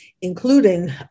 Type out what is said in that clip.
including